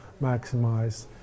maximize